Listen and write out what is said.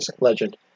legend